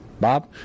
Bob